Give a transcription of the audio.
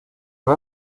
ver